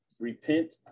repent